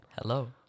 Hello